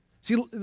See